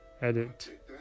edit